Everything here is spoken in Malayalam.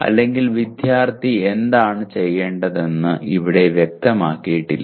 അല്ലെങ്കിൽ വിദ്യാർത്ഥി എന്താണ് ചെയ്യേണ്ടതെന്ന് അത് വ്യക്തമാക്കിയിട്ടില്ല